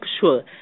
sure